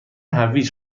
هویج